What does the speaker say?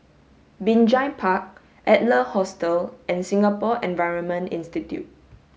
Binjai Park Adler Hostel and Singapore Environment Institute